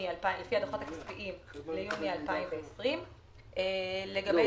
לפי הדוחות הכספיים ביוני 2020. לגבי